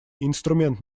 инструмент